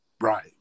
right